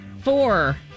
Four